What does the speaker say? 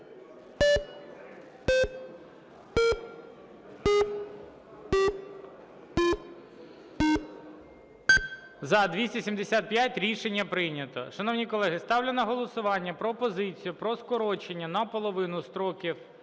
За-275 Рішення прийнято. Шановні колеги, ставлю на голосування пропозицію про скорочення наполовину строків